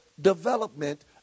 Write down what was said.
development